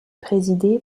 présidé